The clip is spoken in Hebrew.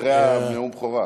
אחרי נאום בכורה.